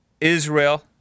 Israel